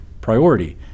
priority